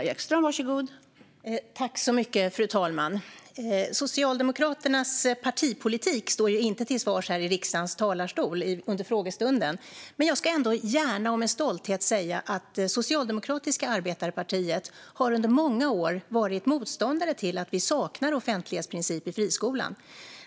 Fru talman! Socialdemokraternas partipolitik står inte till svars här i riksdagens talarstol under frågestunden. Men jag ska ändå gärna och med stolthet säga att det socialdemokratiska arbetarepartiet under många år har varit motståndare till att vi saknar offentlighetsprincip i friskolan.